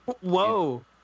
Whoa